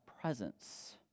presence